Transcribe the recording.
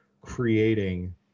creating